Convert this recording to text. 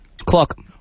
Clock